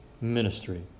ministry